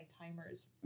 timers